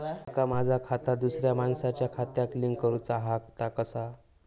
माका माझा खाता दुसऱ्या मानसाच्या खात्याक लिंक करूचा हा ता कसा?